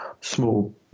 small